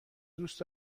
دوست